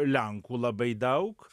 lenkų labai daug